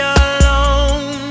alone